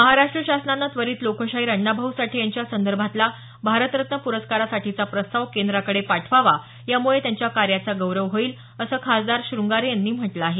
महाराष्ट्र शासनानं त्वरित लोकशाहीर अण्णाभाऊ साठे यांच्या संदर्भातला भारतरत्न पुरस्कारसाठीचा प्रस्ताव केंद्राकडे पाठवावा यामुळे त्यांच्या कार्याचा गौरव होईल असं खासदार शृंगारे यांनी म्हटलं आहे